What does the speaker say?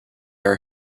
are